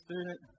student